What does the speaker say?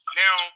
now